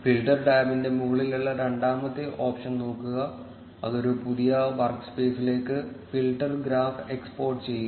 filter ടാബിന്റെ മുകളിലുള്ള രണ്ടാമത്തെ ഓപ്ഷൻ നോക്കുക അത് ഒരു പുതിയ വർക്സ്പേസിലേക്ക് ഫിൽട്ടർ ഗ്രാഫ് എക്സ്പോർട്ട് ചെയ്യുക